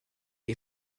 est